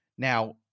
Now